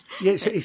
Yes